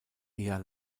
eher